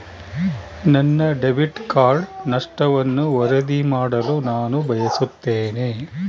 ನನ್ನ debit card ನಷ್ಟವನ್ನು ವರದಿ ಮಾಡಲು ನಾನು ಬಯಸುತ್ತೇನೆ